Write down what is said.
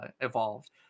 evolved